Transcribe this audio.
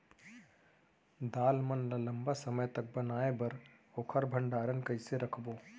दाल मन ल लम्बा समय तक बनाये बर ओखर भण्डारण कइसे रखबो?